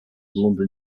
london